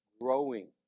growing